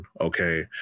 okay